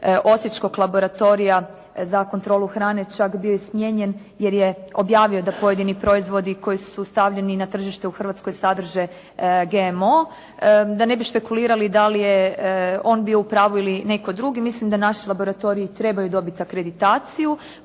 osječkog laboratorija za kontrolu hrane čak bio i smijenjen, jer je objavio da pojedini proizvodi koji su stavljeni na tržište u Hrvatskoj sadrže GMO. Da ne bi špekulirali da li je on bio u pravu ili netko drugi, mislim da naši laboratoriji trebaju dobiti akreditaciju